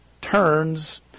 turns